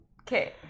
okay